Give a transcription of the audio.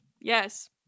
Yes